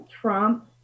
Trump